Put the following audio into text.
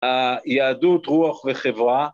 ‫היהדות, רוח וחברה...